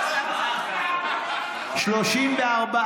אתה אמרת.